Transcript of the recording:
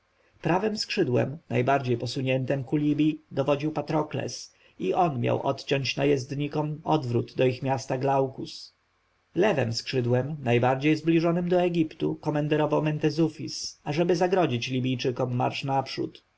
skrzydłem najbardziej posuniętem ku libji dowodził patrokles i on miał odciąć najezdnikom odwrót do ich miasta glaukus lewem skrzydłem najbardziej zbliżonem do egiptu komenderował mentezufis ażeby zagrodzić libijczykom marsz naprzód